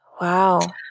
Wow